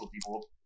people